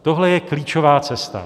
Tohle je klíčová cesta.